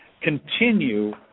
continue